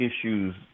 issues